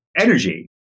energy